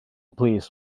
plîs